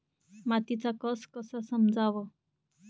मातीचा कस कसा समजाव?